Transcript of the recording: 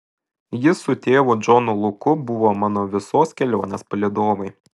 jis su tėvu džonu luku buvo mano visos kelionės palydovai